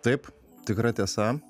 taip tikra tiesa